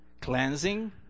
Cleansing